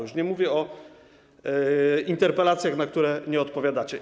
Już nie mówię o interpelacjach, na które nie odpowiadacie.